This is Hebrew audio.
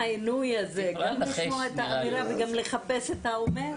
גם לשמוע את האמירה וגם לחפש את האומר?